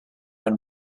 and